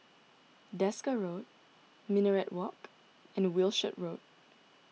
Desker Road Minaret Walk and Wishart Road